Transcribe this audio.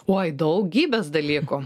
oi daugybės dalykų